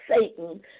Satan